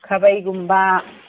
ꯈꯥꯕꯩꯒꯨꯝꯕ